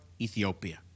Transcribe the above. Ethiopia